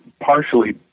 partially